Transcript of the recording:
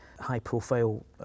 high-profile